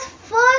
first